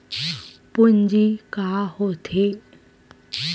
पूंजी का होथे?